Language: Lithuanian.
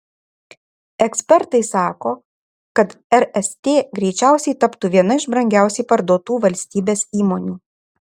ekspertai sako kad rst greičiausiai taptų viena iš brangiausiai parduotų valstybės įmonių